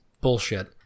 bullshit